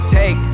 take